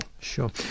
sure